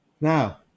Now